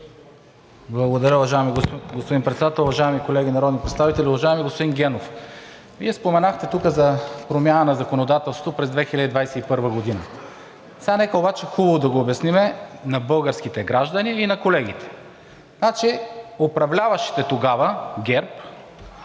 Председател. Уважаеми колеги народни представители, уважаеми господин Генов! Вие споменахте тук за промяна на законодателството през 2021 г. Нека сега обаче хубаво да го обясним на българските граждани и на колегите. Управляващите тогава –